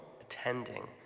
attending